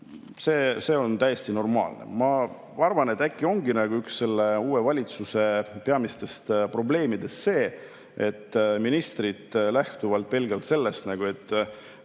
see on täiesti normaalne. Ma arvan, et äkki ongi üks selle uue valitsuse peamistest probleemidest see, et ministrid lähtuvalt pelgalt sellest, mida